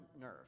nerve